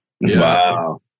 Wow